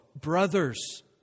Brothers